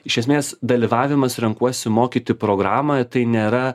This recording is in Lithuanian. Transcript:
iš esmės dalyvavimas renkuosi mokyti programoj tai nėra